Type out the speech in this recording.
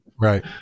Right